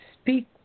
speak